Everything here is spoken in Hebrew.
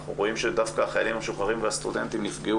אנחנו רואים שדווקא החיילים המשוחררים והסטודנטים נפגעו